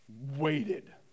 Waited